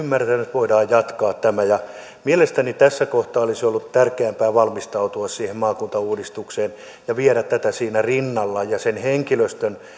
voidaan tätä jatkaa mielestäni tässä kohtaa olisi ollut tärkeämpää valmistautua maakuntauudistukseen ja viedä tätä siinä rinnalla ja sen henkilöstön